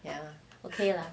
ya okay lah